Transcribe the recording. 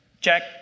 check